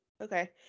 Okay